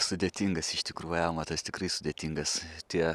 sudėtingas iš tikrųjų amatas tikrai sudėtingas tie